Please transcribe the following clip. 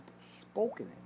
spoken